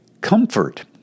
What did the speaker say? Comfort